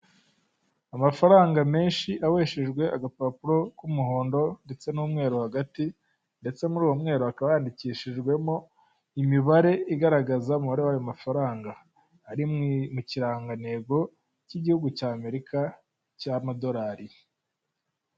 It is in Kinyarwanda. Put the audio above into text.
Amafaranga menshi aboheshejwe agapapuro k'umuhondo ndetse n'umweru hagati, ndetse muri uwo mweru hakaba handikishijwemo imibare igaragaza umubare w'ayo mafaranga, ari mu kirangantego cy'igihugu cy'Amerika y'amadolari.